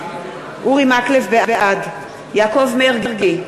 בעד יעקב מרגי,